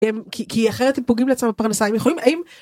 כי אחרת הם פוגעים לעצמם בפרנסה הם יכולים.